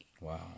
Wow